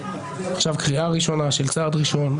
עכשיו קריאה ראשונה של צעד ראשון,